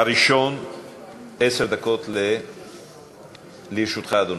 עשר דקות לרשותך, אדוני.